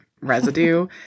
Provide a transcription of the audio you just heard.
residue